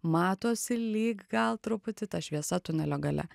matosi lyg gal truputį ta šviesa tunelio gale